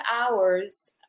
hours